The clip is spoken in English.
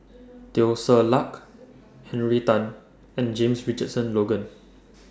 Teo Ser Luck Henry Tan and James Richardson Logan